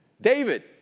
David